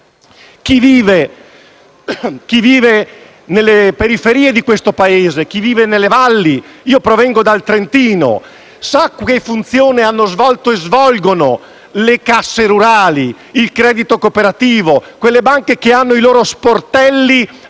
Chi vive nelle periferie di questo Paese, nelle valli (come me che provengo dal Trentino), sa che funzione hanno svolto e svolgono le casse rurali, il credito cooperativo, quelle banche che hanno i loro sportelli anche